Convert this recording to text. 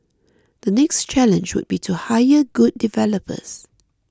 the next challenge would be to hire good developers